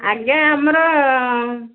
ଆଜ୍ଞା ଆମର